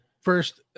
first